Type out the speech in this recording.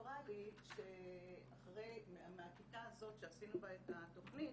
סיפרה לי שמהכיתה הזאת שעשינו בה את התוכנית,